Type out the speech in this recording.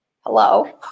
Hello